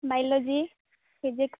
biology physics